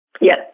Yes